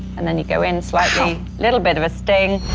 and then you go in slightly, little bit of a sting.